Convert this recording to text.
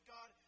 God